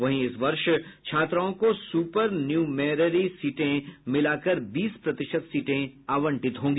वहीं इस वर्ष छात्राओं को सुपर न्यूमेरेरी सीटें मिलाकर बीस प्रतिशत सीटें आवंटित होंगी